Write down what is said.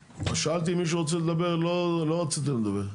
כששאלתי אם מישהו רוצה לדבר לא, לא רצית לדבר.